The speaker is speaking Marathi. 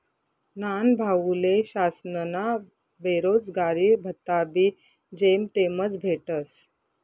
न्हानभाऊले शासनना बेरोजगारी भत्ताबी जेमतेमच भेटस